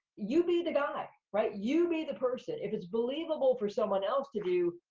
you be the guy, right? you be the person. if it's believable for someone else to do,